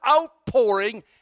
outpouring